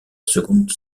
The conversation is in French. seconde